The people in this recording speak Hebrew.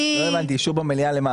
לא הבנתי, אישור במליאה למה?